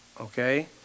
okay